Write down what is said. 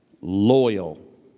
loyal